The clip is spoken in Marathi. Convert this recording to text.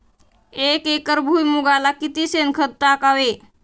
एक एकर भुईमुगाला किती शेणखत टाकावे?